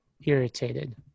irritated